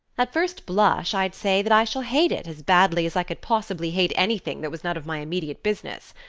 at first blush, i'd say that i shall hate it, as badly as i could possibly hate anything that was none of my immediate business.